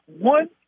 One